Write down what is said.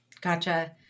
Gotcha